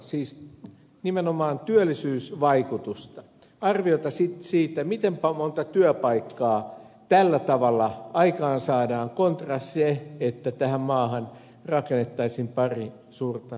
siis nimenomaan työllisyysvaikutusta arvioita siitä miten monta työpaikkaa tällä tavalla aikaansaadaan kontra se että tähän maahan rakennettaisiin pari suurta ydinvoimalaa